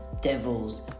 devil's